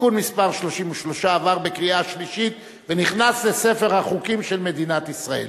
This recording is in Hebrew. (תיקון מס' 33) עבר בקריאה שלישית ונכנס לספר החוקים של מדינת ישראל.